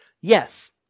Yes